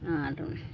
ᱟᱨ